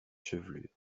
chevelure